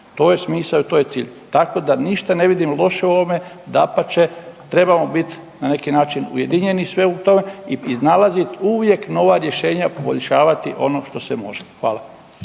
To je smisao i to je cilj. Tako da ništa ne vidim loše u ovome, dapače trebamo biti na neki način ujedinjeni svi u tome i iznalazit uvijek nova rješenja, poriješavati ono što se može. Hvala.